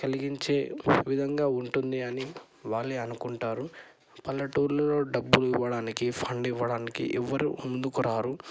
కలిగించే విధంగా ఉంటుంది అని వాళ్ళే అనుకుంటారు పల్లెటూళ్ళలో డబ్బులు ఇవ్వడానికి ఫండ్ ఇవ్వడానికి ఎవ్వరూ ముందుకు రారు